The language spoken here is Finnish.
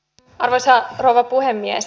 arvoisa rouva puhemies